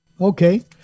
Okay